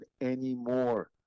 anymore